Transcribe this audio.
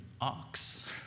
ox